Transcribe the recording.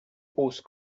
hausse